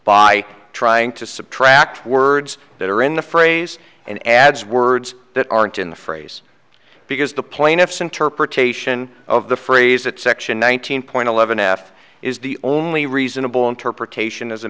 by trying to subtract words that are in the phrase and adds words that aren't in the phrase because the plaintiff's interpretation of the phrase that section one thousand point eleven f is the only reasonable interpretation as a